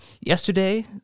yesterday